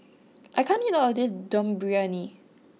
I can't eat all of this Dum Briyani